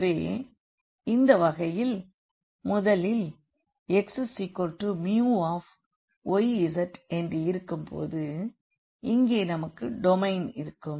எனவே இந்த வகையில் முதலில் xμyz என்று இருக்கும்போது இங்கே நமக்கு டொமைன் இருக்கும்